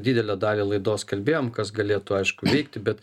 didelę dalį laidos kalbėjom kas galėtų aišku veikti bet